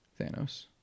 Thanos